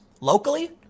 Locally